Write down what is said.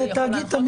התאגיד יכול